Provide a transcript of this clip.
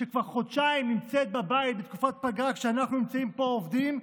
שכבר חודשיים נמצאת בבית בתקופת פגרה כשאנחנו נמצאים פה ועובדים,